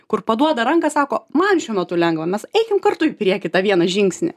kur paduoda ranką sako man šiuo metu lengva mes eikim kartu į priekį tą vieną žingsnį